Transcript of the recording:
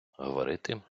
говорити